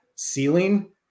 Ceiling